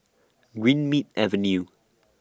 Greenmead Avenue